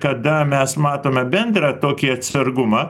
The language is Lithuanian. kada mes matome bendrą tokį atsargumą